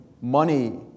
money